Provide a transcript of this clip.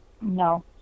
no